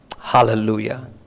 hallelujah